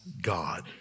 God